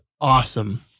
awesome